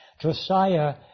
Josiah